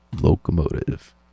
Locomotive